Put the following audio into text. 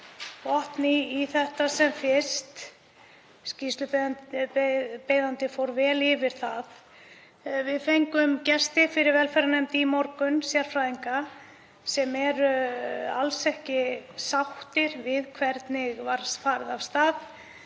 botn í þetta sem fyrst. Skýrslubeiðandi fór vel yfir það. Við fengum gesti fyrir velferðarnefnd í morgun, sérfræðinga sem eru alls ekki sáttir við hvernig var farið af stað.